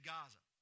Gaza